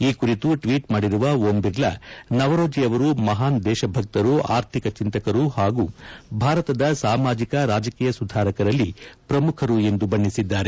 ಈ ಕುರಿತು ಟ್ಲೀಟ್ ಮಾಡಿರುವ ಓಂ ಬಿರ್ಲಾ ನವರೋಜಿ ಅವರು ಮಹಾನ್ ದೇಶಭಕ್ತರು ಆರ್ಥಿಕ ಚಿಂತಕರು ಹಾಗೂ ಭಾರತದ ಸಾಮಾಜಿಕ ರಾಜಕೀಯ ಸುಧಾರಕರಲ್ಲಿ ಪ್ರಮುಖರು ಎಂದು ಬಣ್ಣಿಸಿದ್ದಾರೆ